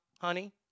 honey